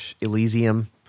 Elysium